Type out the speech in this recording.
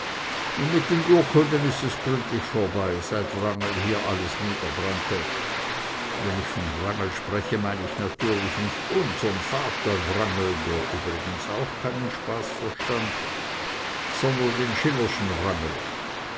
und mit den urkunden ist es gründlich vorbei seit wrangel hier alles niederbrannte wenn ich von wrangel spreche mein ich natürlich nicht unsern vater wrangel der übrigens auch keinen spaß verstand sondern den schillerschen wrangel